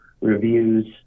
reviews